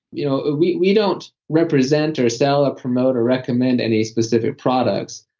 you know we we don't represent, or sell, or promote, or recommend any specific products,